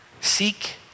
seek